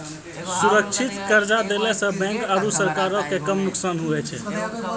सुरक्षित कर्जा देला सं बैंको आरू सरकारो के कम नुकसान हुवै छै